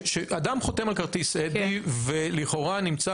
כאדם חותם על כרטיס אדי ולכאורה נמצא